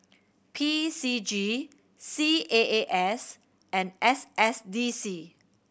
P C G C A A S and S S D C